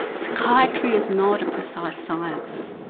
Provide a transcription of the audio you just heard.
psychiatry is not a precise science.